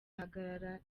ahagaragara